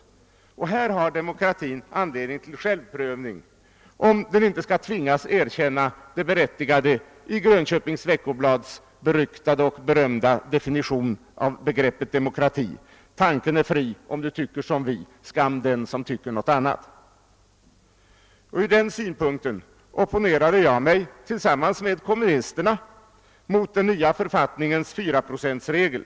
Och här har demokratin anledning till självprövning, om den inte skall tvingas erkänna det berättigade i Grönköpings Veckoblads berömda och beryktade definition av begreppet demokrati: Tanken är fri, om du tycker som vi; skam den som tycker nå't annat. Ur den synpunkten opponerade jag mig tillsammans med kommunisterna mot den nya förvaltningens fyraprocentsregel.